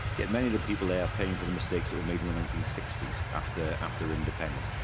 yet many of the people there are paying for the mistakes that were made in the nineteen sixty s after after independence.